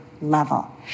level